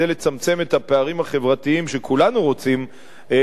את הפערים החברתיים שכולנו רוצים לצמצם,